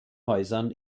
häusern